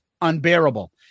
unbearable